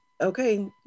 okay